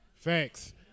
Thanks